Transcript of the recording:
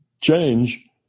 change